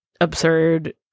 absurd